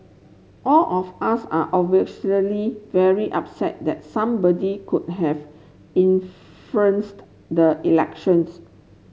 all of us are obviously very upset that somebody could have influenced the elections